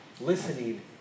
listening